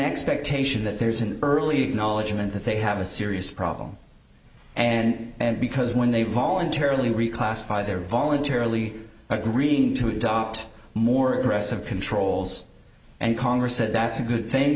expectation that there's an early acknowledgement that they have a serious problem and and because when they voluntarily reclassified their voluntarily agreeing to adopt a more aggressive controls and congress said that's a good thing